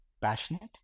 passionate